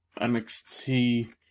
NXT